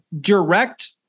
direct